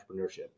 entrepreneurship